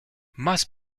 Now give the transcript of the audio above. must